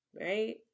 Right